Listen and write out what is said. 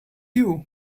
you